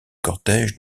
cortège